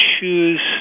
choose